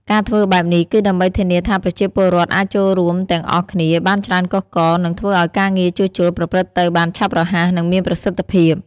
ការធ្វើបែបនេះគឺដើម្បីធានាថាប្រជាពលរដ្ឋអាចចូលរួមទាំងអស់គ្នាបានច្រើនកុះករ និងធ្វើឲ្យការងារជួសជុលប្រព្រឹត្តទៅបានឆាប់រហ័ស និងមានប្រសិទ្ធភាព។